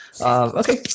Okay